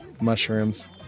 mushrooms